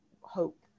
hope